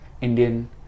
Indian